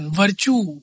virtue